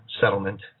settlement